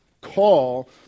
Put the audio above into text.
call